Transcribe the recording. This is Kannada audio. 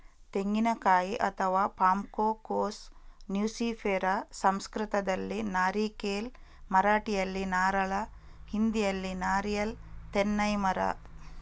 ತೆಂಗಿನಕಾಯಿ ಅಥವಾ ಪಾಮ್ಕೋಕೋಸ್ ನ್ಯೂಸಿಫೆರಾ ಸಂಸ್ಕೃತದಲ್ಲಿ ನಾರಿಕೇಲ್, ಮರಾಠಿಯಲ್ಲಿ ನಾರಳ, ಹಿಂದಿಯಲ್ಲಿ ನಾರಿಯಲ್ ತೆನ್ನೈ ಮರ